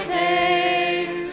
days